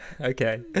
Okay